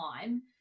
time